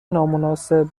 نامناسب